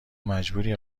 مجبوری